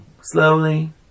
slowly